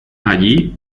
allí